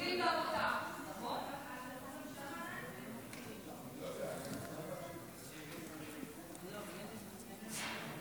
מתוקן לשנים 2023 2024. כמה חיכינו לתקציב הזה.